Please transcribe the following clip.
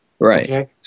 Right